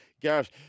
Gareth